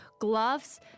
Gloves